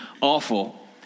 awful